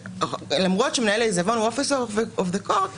למרות שמנהל העיזבון הוא officer of the court,